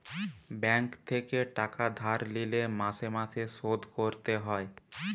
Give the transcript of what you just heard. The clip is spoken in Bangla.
ব্যাঙ্ক থেকে টাকা ধার লিলে মাসে মাসে শোধ করতে হয়